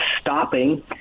stopping